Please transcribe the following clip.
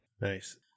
Nice